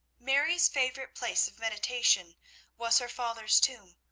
mary's favourite place of meditation was her father's tomb,